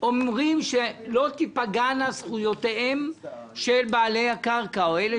אומרות שלא תיפגענה זכויותיהם של בעלי הקרקע או אלה